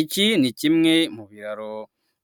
Iki ni kimwe mu biraro